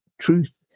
truth